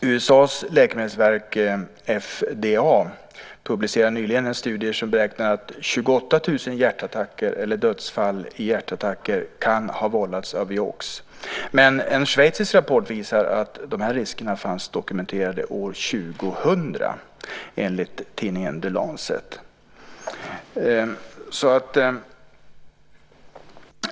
USA:s läkemedelsverk FDA publicerade nyligen en studie där man beräknar att 28 000 hjärtattacker eller dödsfall i hjärtattacker kan ha vållats av Vioxx. Men en schweizisk rapport visar att de här riskerna fanns dokumenterade år 2000, enligt tidningen The Lancet.